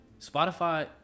Spotify